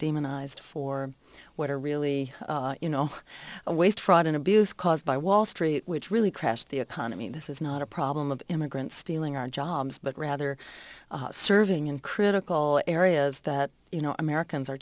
demonized for what are really you know a waste fraud and abuse caused by wall street which really crashed the economy this is not a problem of immigrants stealing our jobs but rather serving in critical areas that you know americans are